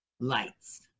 lights